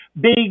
big